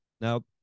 Now